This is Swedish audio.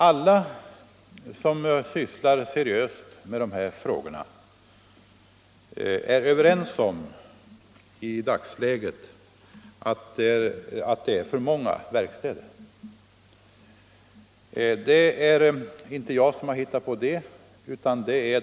Alla som sysslar seriöst med dessa frågor är överens om att det i dagsläget är för många verkstäder.